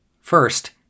First